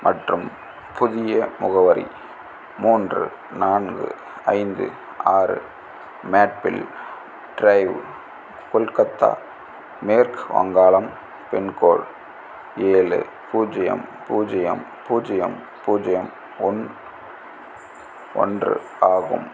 மற்றும் புதிய முகவரி மூன்று நான்கு ஐந்து ஆறு மேப்பிள் ட்ரைவ் கொல்கத்தா மேற்கு வங்காளம் பின்கோடு ஏழு பூஜ்ஜியம் பூஜ்ஜியம் பூஜ்ஜியம் பூஜ்ஜியம் ஒன் ஒன்று ஆகும்